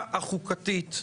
הקונסטרוקציה החוקתית.